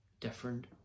different